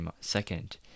second